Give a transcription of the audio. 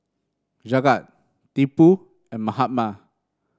Jagat Tipu and Mahatma